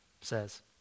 says